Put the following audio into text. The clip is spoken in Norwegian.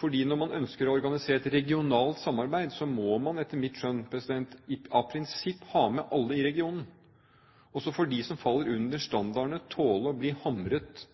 fordi når man ønsker å organisere et regionalt samarbeid, må man – etter mitt skjønn – av prinsipp ha med alle i regionen. Og så får de som faller under standardene, tåle å bli hamret